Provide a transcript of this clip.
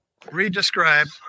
Redescribe